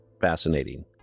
fascinating